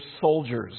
soldiers